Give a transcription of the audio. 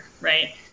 right